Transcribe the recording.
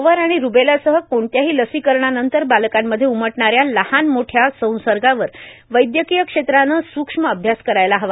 गोवर आणि रूबेलासह कोणत्याही लसिकरणानंतर बालकांमध्ये उमटणाऱ्या लाल मोठ्या संसर्गावर वैदयकिय क्षेत्राने सुक्ष्म अभ्यास करायला हवा